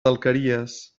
alqueries